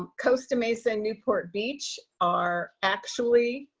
costa mesa and newport beach are actually